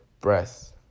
breath